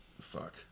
Fuck